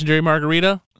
margarita